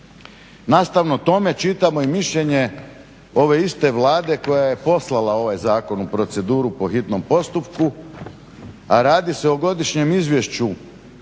Nastavno tome čitamo i mišljenje ove iste Vlade koja je poslala ovaj zakon u proceduru po hitnom postupku, a radi se o Godišnjem izvješću